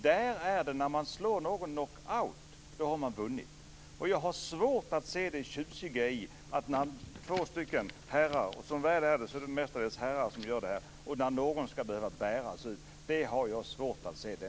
Där är det så att när man slår någon knockout då har man vunnit. Jag har svårt att se det tjusiga i att en av två herrar - det är mestadels herrar som gör det här - behöver bäras ut. Den tjusningen har jag svårt att se.